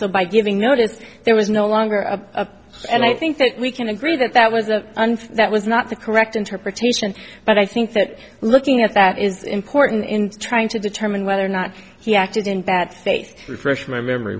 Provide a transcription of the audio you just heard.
so by giving notice there was no longer a and i think we can agree that that was a and that was not the correct interpretation but i think that looking at that is important in trying to determine whether or not he acted in bad faith refresh my memory